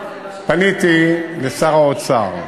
פניתי לשר האוצר.